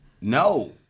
No